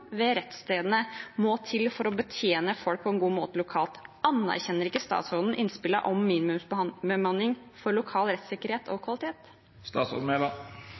ved rettsstedene må til for å betjene folk på en god måte lokalt. Anerkjenner ikke statsråden innspillene om minimumsbemanning for lokal rettssikkerhet og kvalitet?